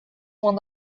one